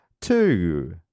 two